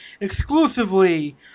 exclusively